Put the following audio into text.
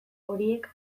horiek